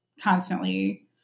constantly